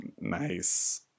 Nice